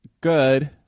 good